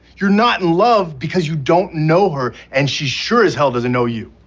you're not in love because you don't know her. and she sure as hell doesn't know you